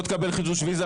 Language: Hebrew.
לא תקבל חידוש ויזה,